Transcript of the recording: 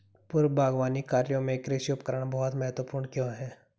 पूर्व बागवानी कार्यों में कृषि उपकरण बहुत महत्वपूर्ण क्यों है?